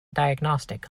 diagnostic